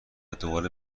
دوباره